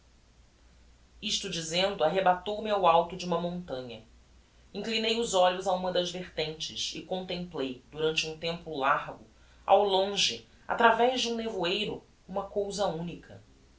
isto dizendo arrebatou me ao alto de uma montanha inclinei os olhos a uma das vertentes e contemplei durante um tempo largo ao longe atravez de um nevoeiro uma cousa unica